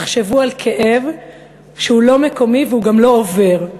תחשבו על כאב שהוא לא מקומי והוא גם לא עובר,